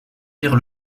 pierre